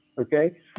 Okay